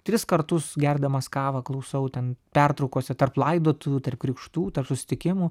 tris kartus gerdamas kavą klausau ten pertraukose tarp laidotuvių tarp krikštų tarp susitikimų